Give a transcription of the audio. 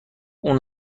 اون